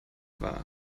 war